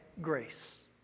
grace